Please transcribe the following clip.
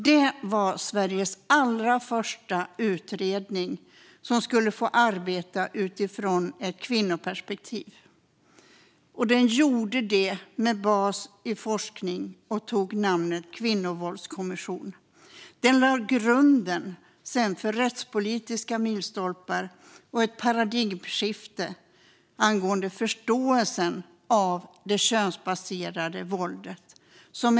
Det var Sveriges allra första utredning som skulle få arbeta utifrån ett kvinnoperspektiv. Den gjorde detta med en bas i forskning och tog namnet Kvinnovåldskommissionen. Sedan lades grunden för rättspolitiska milstolpar och ett paradigmskifte angående förståelsen av det könsbaserade våldet.